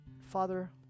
Father